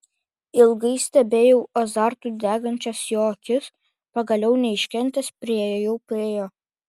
ilgai stebėjau azartu degančias jo akis pagaliau neiškentęs priėjau prie jo